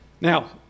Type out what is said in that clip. Now